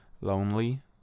lonely